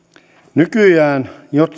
nykyään